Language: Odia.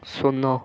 ଶୂନ